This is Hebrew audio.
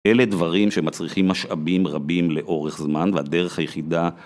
אלה דברים שמצריכים משאבים רבים לאורך זמן, והדרך היחידה...